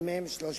מ/315,